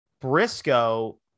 Briscoe